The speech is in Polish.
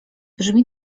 brzmi